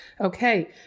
Okay